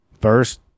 first